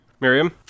Miriam